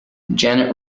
janet